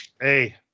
Hey